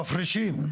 מפרישים,